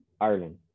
Ireland